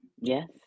Yes